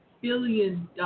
billion